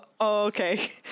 okay